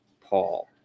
Paul